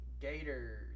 Gators